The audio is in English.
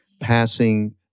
passing